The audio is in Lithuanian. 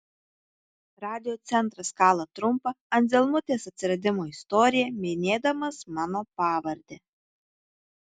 radiocentras kala trumpą anzelmutės atsiradimo istoriją minėdamas mano pavardę